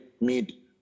meet